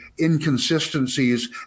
inconsistencies